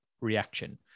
reaction